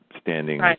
standing